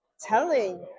telling